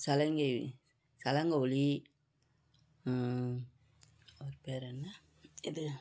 சலங்கை சலங்கை ஒலி அவர் பேரென்ன எது